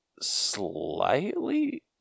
slightly